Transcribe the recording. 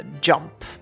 jump